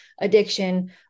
addiction